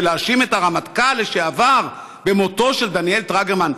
ולהאשים את הרמטכ"ל לשעבר במותו של דניאל טרגרמן?